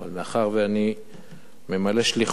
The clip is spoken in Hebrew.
מאחר שאני ממלא שליחות,